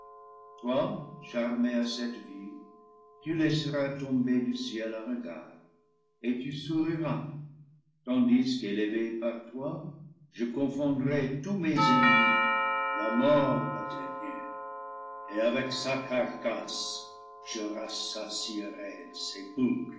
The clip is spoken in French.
charmé à cette vue tu laisseras tomber du ciel un regard et tu souriras tandis qu'élevé par toi je confondrai tous mes ennemis la mort la dernière et avec sa carcasse je rassasierai le